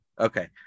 Okay